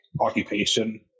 occupation